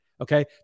okay